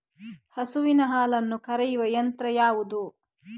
ಹಸುವಿನ ಹಾಲನ್ನು ಕರೆಯುವ ಯಂತ್ರ ಯಾವುದು?